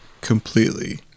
completely